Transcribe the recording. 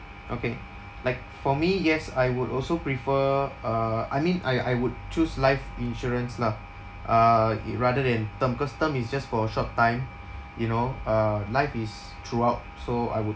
okay like for me yes I would also prefer uh I mean I I would choose life insurance lah uh it rather than term cause term is just for a short time you know uh life is throughout so I would